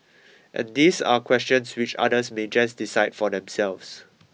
and these are questions which others may just decide for themselves